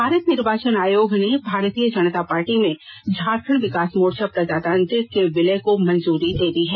भारत निर्वाचन आयोग ने भारतीय जनता पार्टी में झारखंड विकास मोर्चा प्रजातांत्रिक के विलय को मंजूरी दे दी है